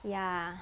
ya